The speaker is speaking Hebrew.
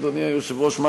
אדוני היושב-ראש,